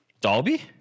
Dolby